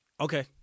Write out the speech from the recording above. Okay